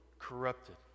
corrupted